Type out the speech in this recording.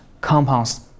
compounds